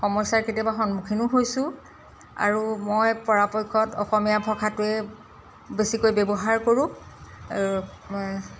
সমস্যাৰ কেতিয়াবা সন্মুখীনো হৈছোঁ আৰু মই পৰাপক্ষত অসমীয়া ভাষাটোৱে বেছিকৈ ব্যৱহাৰ কৰোঁ